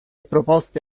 proposte